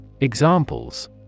Examples